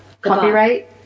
copyright